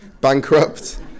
Bankrupt